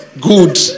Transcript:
Good